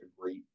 great